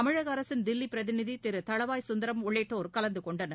தமிழக அரசின் தில்லி பிரதிநிதி திரு தளவாய் சுந்தரம் உள்ளிட்டோர் கலந்து கொண்டனர்